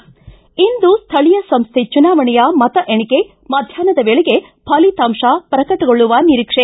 ಿಂ ಇಂದು ಸ್ಥಳೀಯ ಸಂಸ್ಟೆ ಚುನಾವಣೆಯ ಮತ ಎಣಿಕೆ ಮಧ್ಯಾಹ್ನದ ವೇಳೆಗೆ ಫಲಿತಾಂತ ಪ್ರಕಟಗೊಳ್ಳುವ ನಿರೀಕ್ಷೆ